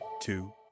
two